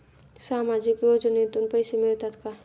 सामाजिक योजनेतून पैसे मिळतात का?